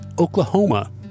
Oklahoma